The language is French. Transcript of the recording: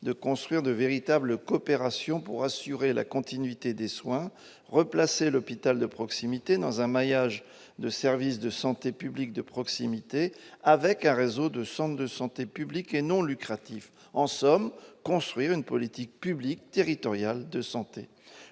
de construire de véritables coopérations pour assurer la continuité des soins, replacer l'hôpital de proximité dans un maillage de services de santé publique de proximité, avec un réseau de centres de santé public et non lucratif. En somme, il s'agit de construire une politique publique et territoriale de santé.